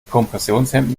kompressionshemden